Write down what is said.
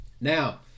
Now